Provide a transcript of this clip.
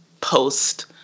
post